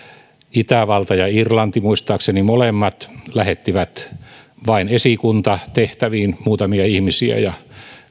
itävalta ja irlanti muistaakseni molemmat lähettivät vain esikuntatehtäviin muutamia ihmisiä ja